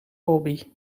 hobby